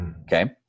Okay